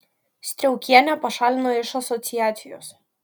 striaukienę pašalino iš asociacijos